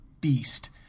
beast